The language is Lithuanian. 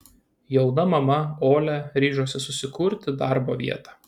jauna mama olia ryžosi susikurti darbo vietą